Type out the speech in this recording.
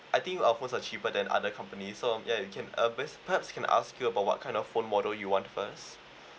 I think our phone was cheaper than other company so um ya you can uh based perhaps can I ask you about what kind of phone model you want first